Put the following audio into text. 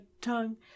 tongue